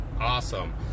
awesome